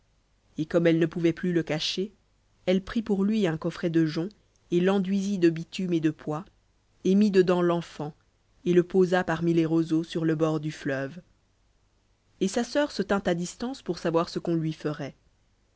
et comme elle ne pouvait plus le cacher elle prit pour lui un coffret de joncs et l'enduisit de bitume et de poix et mit dedans l'enfant et le posa parmi les roseaux sur le bord du fleuve et sa sœur se tint à distance pour savoir ce qu'on lui ferait